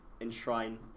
enshrine